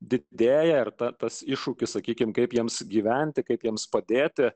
didėja ir tas iššūkis sakykime kaip jiems gyventi kaip jiems padėti